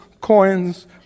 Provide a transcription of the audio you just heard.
coins